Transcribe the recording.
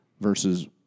versus